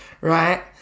right